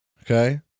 Okay